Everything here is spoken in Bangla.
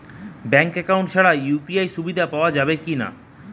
ব্যাঙ্ক অ্যাকাউন্ট ছাড়া ইউ.পি.আই সুবিধা পাওয়া যাবে কি না?